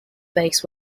base